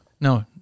No